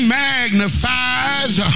magnifies